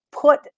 put